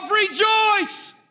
rejoice